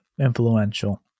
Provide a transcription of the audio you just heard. influential